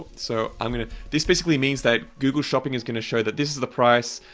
so i'm going to. this basically means that google shopping is going to show that this is the price,